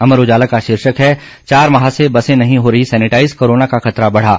अमर उजाला का शीर्षक है चार माह से बसे नहीं हो रहीं सैनिटाइज कोरोना का खतरा बढ़ा